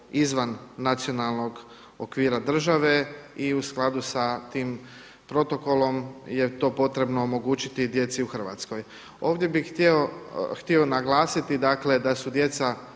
izvan nacionalnog okvira države i u skladu sa tim protokolom je to potrebno omogućiti djeci u Hrvatskoj. Ovdje bih htio naglasiti dakle da